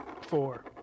four